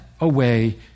away